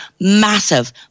massive